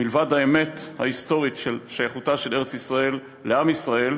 מלבד האמת ההיסטורית של שייכותה של ארץ-ישראל לעם ישראל,